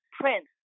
Prince